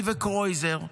אני וקרויזר: